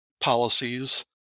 policies